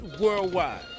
worldwide